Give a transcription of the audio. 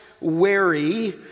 wary